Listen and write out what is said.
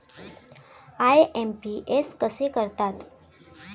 IMPS कसे करतात?